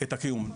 את הקיום.